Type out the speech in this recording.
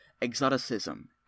exoticism